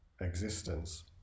existence